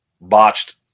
botched